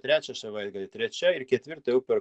trečią šavaitgalį trečia ir ketvirtą jau per